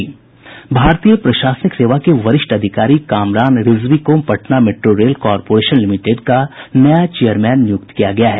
भारतीय प्रशासनिक सेवा के वरिष्ठ अधिकारी कामरान रिजवी को Patna metro rail corporation limited का नया चेयरमैन नियुक्त किया गया है